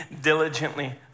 diligently